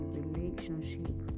relationship